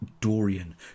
Dorian